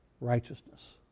righteousness